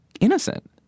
innocent